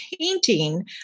painting